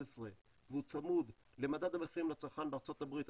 והוא צמוד למדד המחירים לצרכן בארצות הברית,